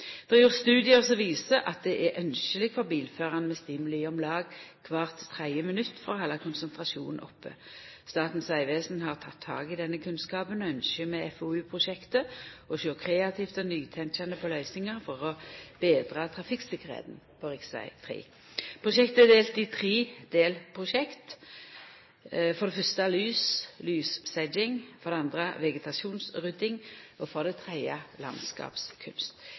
Det er gjort studiar som viser at det er ynskjeleg for bilføraren med stimuli om lag kvart tredje minutt for å halda konsentrasjonen oppe. Statens vegvesen har teke tak i denne kunnskapen og ynskjer med FoU-prosjektet å sjå kreativt og nytenkjande på løysingar for å betra trafikktryggleiken på rv. Prosjektet er delt i tre delprosjekt: For det fyrste lys/ lyssetjing, for det andre vegetasjonsrydding og for det tredje landskapskunst.